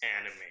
anime